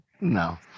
No